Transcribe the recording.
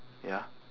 ya